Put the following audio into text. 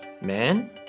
man